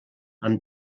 amb